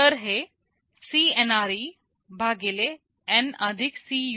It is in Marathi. तर हे CNRE N Cunit आहे